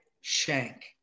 Shank